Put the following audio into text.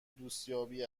دوستیابی